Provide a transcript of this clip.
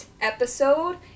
episode